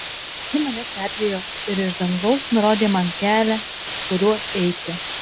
ji mane sergėjo ir iš dangaus nurodė man kelią kuriuo eiti